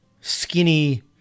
skinny